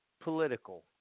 political